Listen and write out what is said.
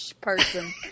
person